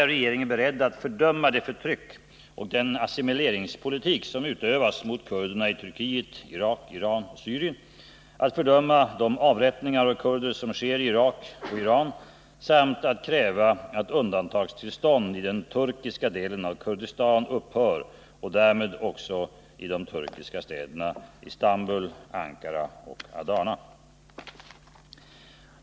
Är regeringen beredd att fördöma det förtryck och den assimileringspolitik som utövas mot kurderna i Turkiet, Irak, Iran och Syrien, att fördöma de avrättningar av kurder som sker i Irak och Iran samt att kräva att undantagstillstånd i den turkiska delen av Kurdistan upphör och därmed också i de turkiska städerna Istanbul, Ankara och Adana?